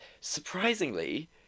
surprisingly